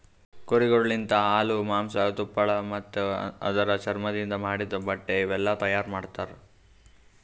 ಕುರಿಗೊಳ್ ಲಿಂತ ಹಾಲು, ಮಾಂಸ, ತುಪ್ಪಳ ಮತ್ತ ಅದುರ್ ಚರ್ಮದಿಂದ್ ಮಾಡಿದ್ದ ಬಟ್ಟೆ ಇವುಯೆಲ್ಲ ತೈಯಾರ್ ಮಾಡ್ತರ